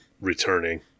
returning